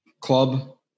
club